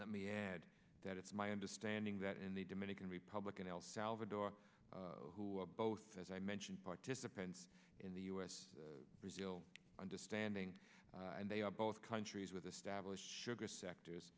let me add that it's my understanding that in the dominican republic and el salvador who are both as i mentioned participants in the u s brazil understanding and they are both countries with established sugar sectors